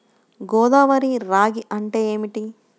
గోదావరి రాగి అంటే ఏమిటి?